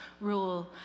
rule